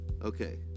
Okay